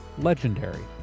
legendary